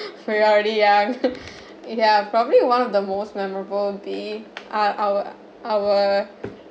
we are already young ya probably one of the most memorable being ah our our